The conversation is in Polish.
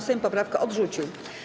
Sejm poprawkę odrzucił.